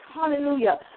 hallelujah